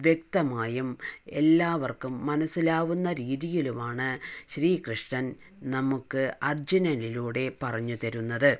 വ്യക്തമായും എല്ലാവർക്കും മനസ്സിലാവുന്ന രീതിയിലുമാണ് ശ്രീകൃഷ്ണൻ നമുക്ക് അർജ്ജുനനിലൂടെ പറഞ്ഞു തരുന്നത്